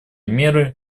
меры